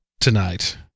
tonight